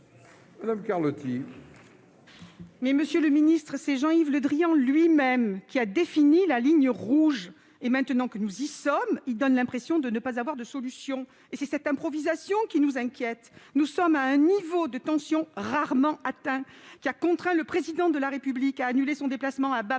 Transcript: Carlotti, pour la réplique. C'est Jean-Yves Le Drian, lui-même, qui a défini la ligne rouge, monsieur le ministre. Maintenant que nous y sommes, il donne l'impression de ne pas avoir de solution. C'est cette improvisation qui nous inquiète ! Nous sommes à un niveau de tension rarement atteint, ayant contraint le Président de la République à annuler son déplacement à Bamako